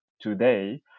today